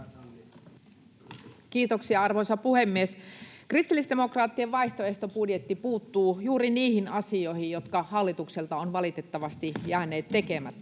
Kiitoksia, arvoisa puhemies! Kristillisdemokraattien vaihtoehtobudjetti puuttuu juuri niihin asioihin, jotka hallitukselta ovat valitettavasti jääneet tekemättä.